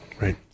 Right